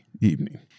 evening